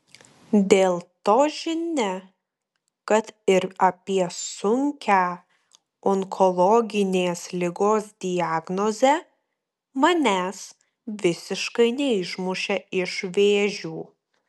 dėl to žinia kad ir apie sunkią onkologinės ligos diagnozę manęs visiškai neišmušė iš vėžių